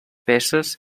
peces